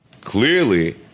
Clearly